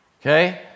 Okay